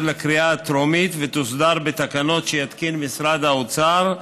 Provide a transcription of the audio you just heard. לקריאה טרומית ותוסדר בתקנות שיתקין משרד האוצר,